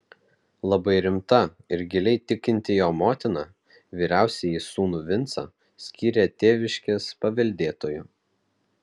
labai rimta ir giliai tikinti jo motina vyriausiąjį sūnų vincą skyrė tėviškės paveldėtoju